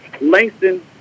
Langston